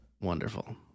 Wonderful